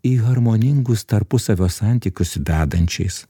į harmoningus tarpusavio santykius vedančiais